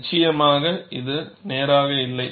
நிச்சயமாக இது நேராக இல்லை